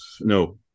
No